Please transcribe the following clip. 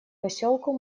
поселку